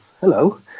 hello